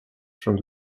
from